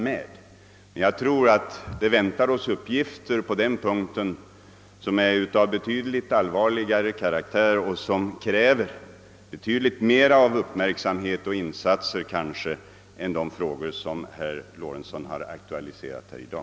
Men jag tror att det på det området väntar oss uppgifter som är av betydligt allvarligare art och som kräver åtskilligt mer av uppmärksamhet och insatser från vår sida än de frågor som herr Lorentzon har aktualiserat här i dag.